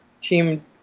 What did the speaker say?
team